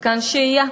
מתקן שהייה.